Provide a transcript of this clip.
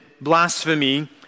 blasphemy